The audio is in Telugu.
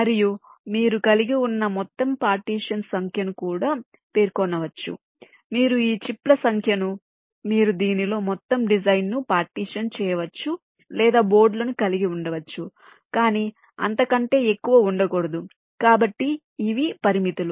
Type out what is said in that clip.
మరియు మీరు కలిగి ఉన్న మొత్తం పార్టీషన్స్ సంఖ్యను కూడా పేర్కొనవచ్చు మీరు ఈ చిప్ల సంఖ్యనుమీరు దీనిలో మొత్తం డిజైన్ను పార్టీషన్ చేయవచ్చు లేదా బోర్డులను కలిగి ఉండవచ్చు కానీ అంతకంటే ఎక్కువ ఉండకూడదు కాబట్టి ఇవి పరిమితులు